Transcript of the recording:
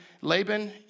Laban